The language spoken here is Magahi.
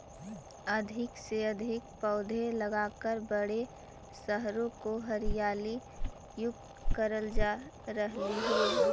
अधिक से अधिक पौधे लगाकर बड़े शहरों को हरियाली युक्त करल जा रहलइ हे